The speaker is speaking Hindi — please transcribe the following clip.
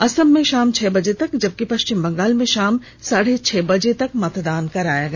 असम में शाम छह बजे तक जबकि पश्चिम बंगाल में शाम साढ़े छह बजे तक मतदान कराया गया